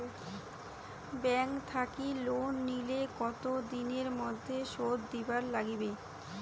Bank থাকি loan নিলে কতো দিনের মধ্যে শোধ দিবার নাগিবে?